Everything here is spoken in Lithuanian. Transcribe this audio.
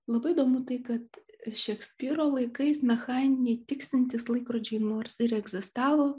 labai įdomu tai kad šekspyro laikais mechaniniai tiksintys laikrodžiai nors ir egzistavo